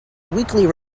weekly